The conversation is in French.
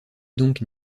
donc